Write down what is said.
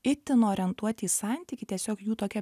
itin orientuoti į santykį tiesiog jų tokia